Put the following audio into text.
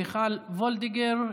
מיכל וולדיגר,